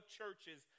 churches